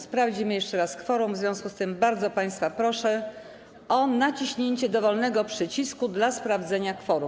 Sprawdzimy jeszcze raz kworum, w związku z czym bardzo państwa proszę o naciśnięcie dowolnego przycisku w celu sprawdzenia kworum.